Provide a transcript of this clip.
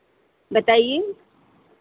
बताइए